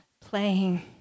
playing